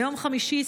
ביום חמישי,